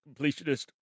completionist